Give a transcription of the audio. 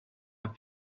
and